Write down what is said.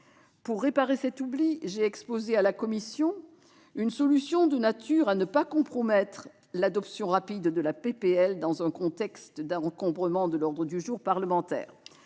Pour réparer cet oubli, j'ai exposé à la commission une solution de nature à ne pas compromettre l'adoption rapide de la proposition de loi, dans un contexte d'encombrement de l'ordre du jour parlementaire.